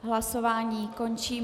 Hlasování končím.